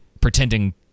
pretending